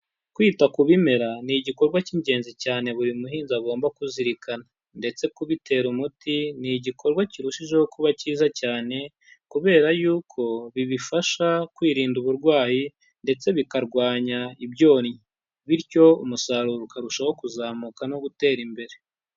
Kwita ku bimera ni igikorwa cy'ingenzi cyane buri muhinzi agomba kuzirikana ndetse kubitera umuti ni igikorwa kirushijeho kuba cyiza cyane kubera yuko bibifasha kwirinda uburwayi ndetse bikarwanya ibyonnyi, bityo umusaruro ukarushaho kuzamuka no gutera imbere.